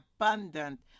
abundant